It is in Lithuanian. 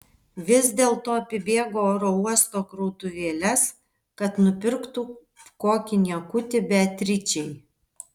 vis dėlto apibėgo oro uosto krautuvėles kad nupirktų kokį niekutį beatričei